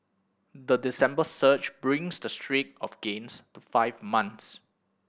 the December surge brings the streak of gains to five months